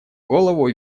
голову